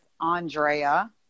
Andrea